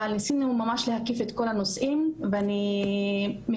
אבל ניסינו ממש להקיף את כל הנושאים ואני מקווה